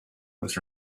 was